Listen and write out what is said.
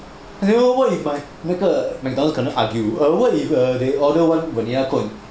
!aiyo! what if err they order one vanilla cone